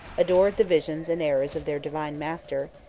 adored the visions and errors of their divine master,